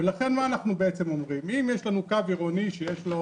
לכן אנחנו אומרים שאם יש לנו קו עירוני שיש לו